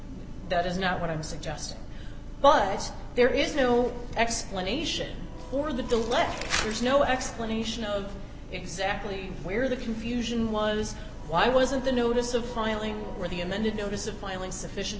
that is not what i'm suggesting but there is no explanation for the left there's no explanation of exactly where the confusion was why wasn't the notice of filing or the amended notice of filing sufficient